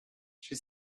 she